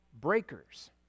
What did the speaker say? breakers